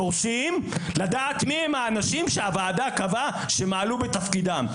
דורשים לדעת מיהם האנשים שהוועדה קבעה שהם מעלו בתפקידם.